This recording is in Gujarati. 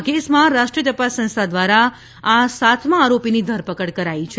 આ કેસમાં રાષ્ટ્રીય તપાસ સંસ્થા દ્વારા આ સાતમા આરોપીની ધરપકડ કરાઈ છે